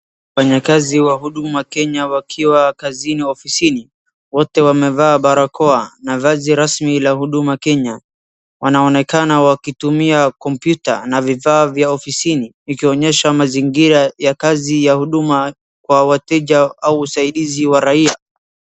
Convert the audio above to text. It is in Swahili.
Wafanyakazi wa huduma kenya wakiwa kazini ofisini wote wamevaa barakoa na vazi rasmi ya huduma kenya. Wanaonekana wakitumia computer na vifaa vya ofisini ikionyesha mazingira ya kazi ya huduma kwa wateja au usaidizi wa raia.